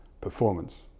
performance